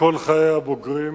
כל חיי הבוגרים,